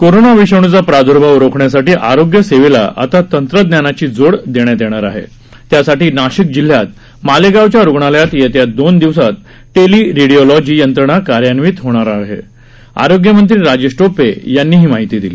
corona विषाणूचा प्रादुर्भाव रोखण्यासाठी आरोग्य सेवेला आता तंत्रज्ञानाची जोड देण्यात येणार आहे त्यासाठी नाशिक जिल्ह्यात मालेगावच्या रुग्णालयात येत्या दोन दिवसात टेली रेडीओलॉजी यंत्रणा कार्यान्वित करण्यात येणार असल्याचं आरोग्य मंत्री राजेश टोपे यांनी सांगितलं